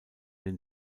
den